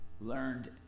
learned